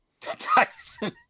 Tyson